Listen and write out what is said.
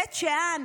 בית שאן,